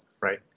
right